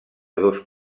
dos